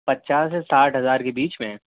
پچاس سے ساٹھ ہزار کے پیچ میں